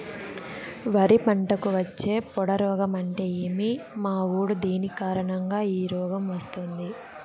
వరి పంటకు వచ్చే పొడ రోగం అంటే ఏమి? మాగుడు దేని కారణంగా ఈ రోగం వస్తుంది?